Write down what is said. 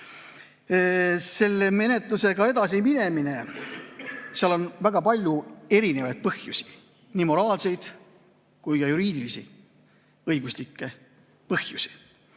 Selle menetlusega edasiminemisel on väga palju erinevaid põhjusi, nii moraalseid kui ka juriidilisi, õiguslikke põhjusi.